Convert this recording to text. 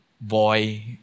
boy